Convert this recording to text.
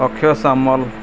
Akshay Samal